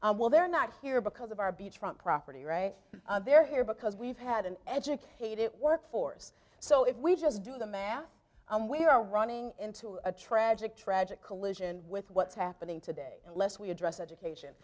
well they're not here because of our beachfront property right there here because we've had an educated workforce so if we just do the math and we are running into a tragic tragic collision with what's happening today unless we address education